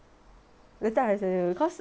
later I'll send you cause